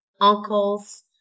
uncles